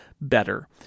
better